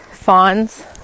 fawns